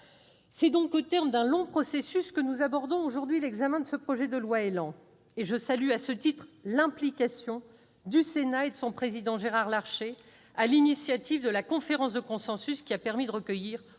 C'est au terme d'un long processus que nous abordons aujourd'hui l'examen du projet de loi ÉLAN. Je salue à ce titre l'implication du Sénat et de son président, Gérard Larcher, à l'initiative de la conférence de consensus, qui a permis de recueillir,